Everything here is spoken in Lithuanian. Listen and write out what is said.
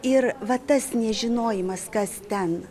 ir va tas nežinojimas kas ten